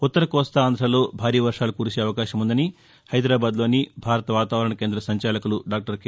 ఉత్తర కోస్తా ఆంధ్రలో భారీ వర్వాలు కురిసే అవకాశం వుందని హైదరాబాద్లోని భారత వాతావరణ కేంద్రం సంచాలకులు డాక్టర్ కె